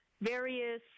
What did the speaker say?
various